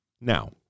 Now